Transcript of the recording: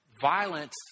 Violence